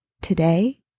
today